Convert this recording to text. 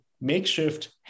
makeshift